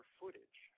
footage